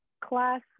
class